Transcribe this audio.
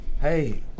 hey